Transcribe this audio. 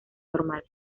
normal